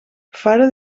faro